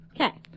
Okay